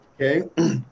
Okay